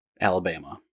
Alabama